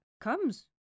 comes